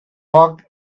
walked